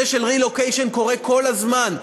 relocation קורה כל הזמן,